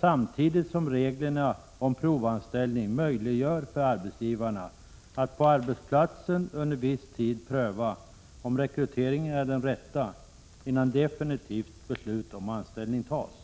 samtidigt som reglerna om provanställning möjliggör för arbetsgivarna att på arbetsplatsen under viss tid pröva om rekryteringen är den rätta innan definitivt beslut om anställning fattas.